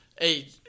Hey